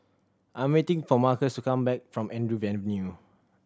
I'm waiting for Marcus to come back from Andrew Avenue